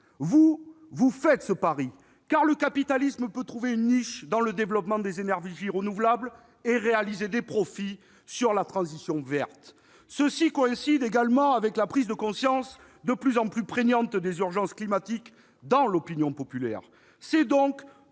... Vous faites le pari que oui, car le capitalisme peut trouver une niche dans le développement des énergies renouvelables et réaliser des profits sur la transition verte. Cela coïncidant avec la prise de conscience de plus en plus prégnante des urgences climatiques dans l'opinion populaire, c'est tout